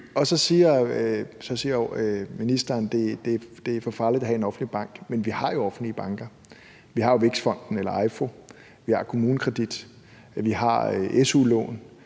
Så siger ministeren, at det er for farligt at have en offentlig bank, men vi har jo offentlige banker. Vi har jo Vækstfonden eller EIFO, vi har KommuneKredit, og vi har su-lån;